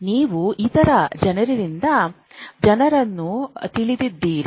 ನೀವು ಇತರ ಜನರಿಂದ ಜನರನ್ನು ತಿಳಿದಿದ್ದೀರಿ